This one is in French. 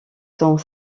sont